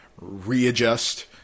readjust